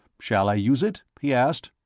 shall i use it? he asked.